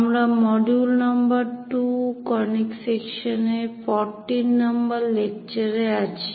আমরা মডিউল নম্বর 2 কনিক সেকশনের 14 নম্বর লেকচারে আছি